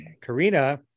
Karina